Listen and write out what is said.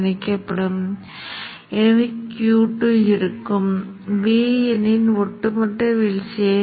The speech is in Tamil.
இப்போது நீங்கள் உங்கள் வெளியீட்டு பளுவில் நிறைய மாற்றங்களைச் செய்யலாம்